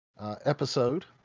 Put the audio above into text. episode